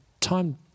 time